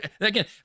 again